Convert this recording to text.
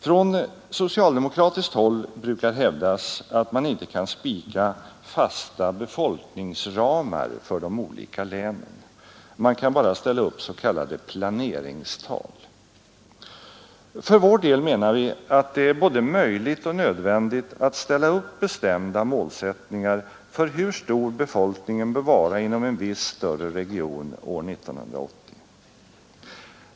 Från socialdemokratiskt håll brukar hävdas att man inte kan spika fasta befolkningsramar för de olika länen. Man kan bara ställa upp s.k. planeringstal. För vår del menar vi att det är både möjligt och nödvändigt att ställa upp bestämda målsättningar för hur stor befolkningen bör vara inom en viss större region år 1980.